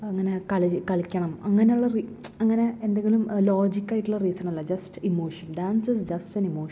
അങ്ങനെ കളി കളിക്കണം അങ്ങനുള്ള അങ്ങനെ എന്തെങ്കിലും ലോജിക്കായിട്ടുള്ള റീസണല്ല just emotion dancers just emotion